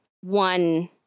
one